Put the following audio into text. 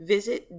Visit